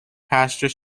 pastors